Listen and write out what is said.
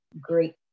great